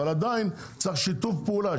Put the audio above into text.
אבל עדיין צריך שיתוף פעולה,